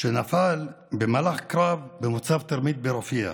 שנפל במהלך קרב במוצב טרמית רפיח.